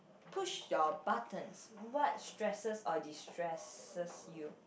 push your buttons what stresses or destresses you